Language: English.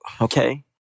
Okay